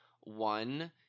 one